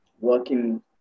working